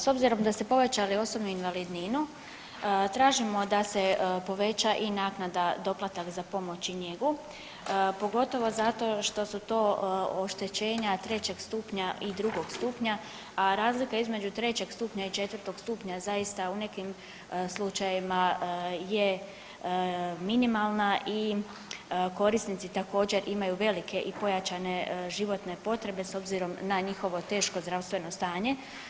S obzirom da ste povećali osobnu invalidninu, tražimo da se poveća i naknada doplatak za pomoć i njegu, pogotovo zato što su to oštećenja 3. stupnja i 2. stupnja, a razlika između 3. stupnja i 4. stupnja je zaista u nekim slučajevima, je minimalna i korisnici također, imaju velike i pojačane životne potrebe, s obzirom na njihovo teško zdravstveno stanje.